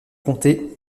comté